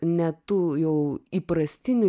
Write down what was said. ne tų jau įprastinių